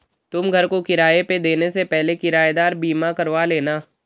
तुम घर को किराए पे देने से पहले किरायेदार बीमा करवा लेना